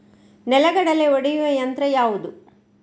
ನೆಲಗಡಲೆ ಒಡೆಯುವ ಯಂತ್ರ ಯಾವುದು?